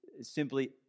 simply